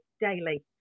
daily